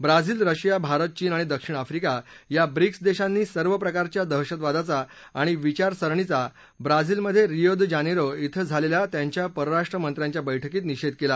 Brazil Russia Bharat चीन आणि दक्षिण आफ्रिका या ब्रिक्स देशांनी सर्व प्रकारच्या दहशतवादाचा आणि विचास्सरणीचा ब्राझीलमध्ये रियो द जानेरो इथं झालेल्या त्यांच्या परराष्ट्रमंत्र्यांच्या बैठकीत निषेध केला